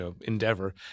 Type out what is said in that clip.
endeavor